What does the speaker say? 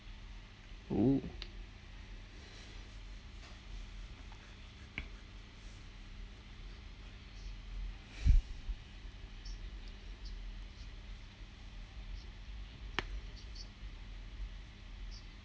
oh